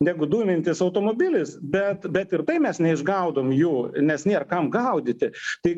negu dumiantis automobilis bet bet ir tai mes neišgaudom jų nes nėr kam gaudyti tai